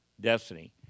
destiny